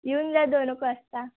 येऊन जा दोन एक वाजता